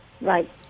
Right